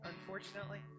unfortunately